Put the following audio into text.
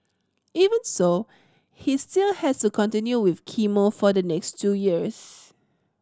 even so he still has to continue with chemo for the next two years